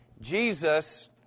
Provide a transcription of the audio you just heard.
Jesus